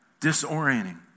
Disorienting